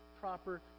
proper